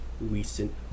recent